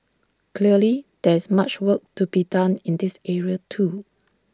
clearly there is much work to be done in this area too